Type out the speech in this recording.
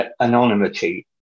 anonymity